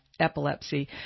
Epilepsy